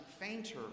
fainter